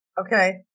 Okay